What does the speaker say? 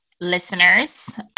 listeners